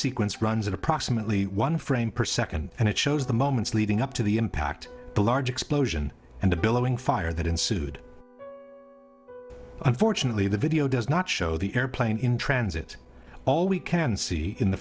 sequence runs at approximately one frame per second and it shows the moments leading up to the impact the large explosion and the billowing fire that ensued unfortunately the video does not show the airplane in transit all we can see in the